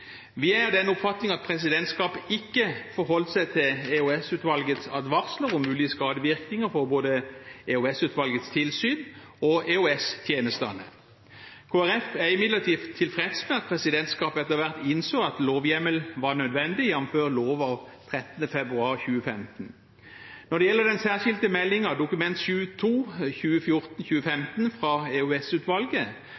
Vi er av den oppfatning at presidentskapet ikke forholdt seg til EOS-utvalgets advarsler om mulige skadevirkninger for både EOS-utvalgets tilsyn og EOS-tjenestene. Kristelig Folkeparti er imidlertid tilfreds med at presidentskapet etter hvert innså at lovhjemmel var nødvendig, jf. lov av 13. februar 2015. Når det gjelder den særskilte meldingen, Dokument